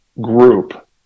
group